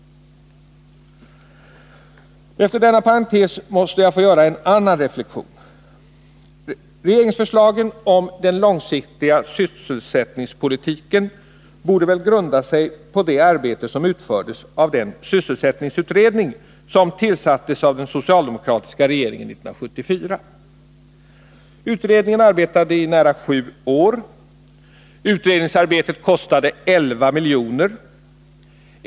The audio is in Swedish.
Efter denna parentes måste jag få göra en annan reflexion. Regeringsförslagen om den långsiktiga sysselsättningspolitiken borde väl grunda sig på det arbete som utfördes av den sysselsättningsutredning som tillsattes av den socialdemokratiska regeringen år 1974. Utredningen arbetade i nära sju år. Utredningsarbetet kostade 11 miljoner.